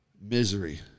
misery